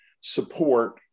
support